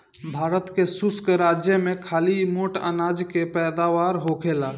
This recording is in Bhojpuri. भारत के शुष्क राज में खाली मोट अनाज के पैदावार होखेला